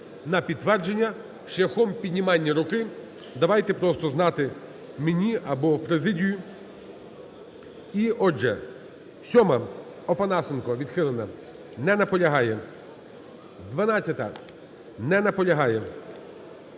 на підтвердження, шляхом піднімання руки давайте просто знати мені або в президію. І, отже, 7-а, Опанасенко. Відхилена. Не наполягає. 12-а. Не наполягає.